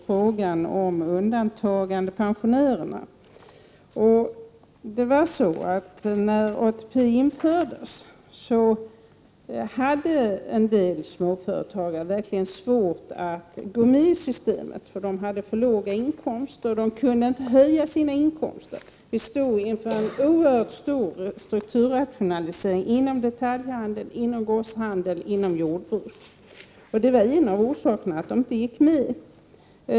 Frågan om undantagandepensionärerna har också tagits upp. När ATP infördes hade en del småföretagare verkligen svårt att gå med i systemet, därför att de hade för låga inkomster och inte kunde höja dem. Man stod inför en oerhört stor strukturrationalisering inom detaljhandel, grosshandel och jordbruk, och det var en av orsakerna till att de inte gick med i systemet.